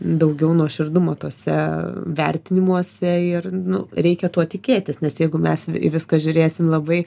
daugiau nuoširdumo tuose vertinimuose ir nu reikia tuo tikėtis nes jeigu mes vi į viską žiūrėsim labai